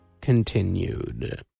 continued